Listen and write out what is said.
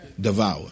devour